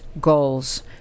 goals